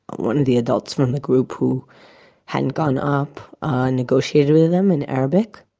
one of the adults from the group who hadn't gone up ah negotiated with them in arabic.